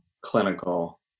clinical